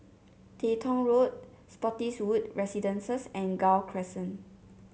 Teng Tong Road Spottiswoode Residences and Gul Crescent